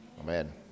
Amen